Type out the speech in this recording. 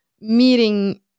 meeting